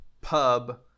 pub